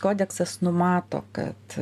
kodeksas numato kad